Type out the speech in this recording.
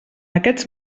aquests